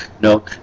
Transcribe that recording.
No